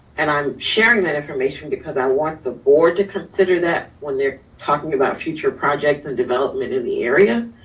and i'm sharing that information because i want the board to consider that when they're talking about future projects and development in the area.